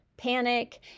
panic